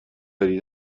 داری